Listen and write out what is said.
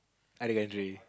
other country